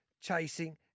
chasing